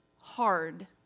hard